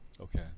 Okay